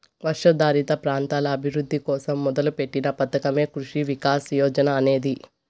వర్షాధారిత ప్రాంతాల అభివృద్ధి కోసం మొదలుపెట్టిన పథకమే కృషి వికాస్ యోజన అనేది